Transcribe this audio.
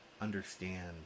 understand